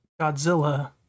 Godzilla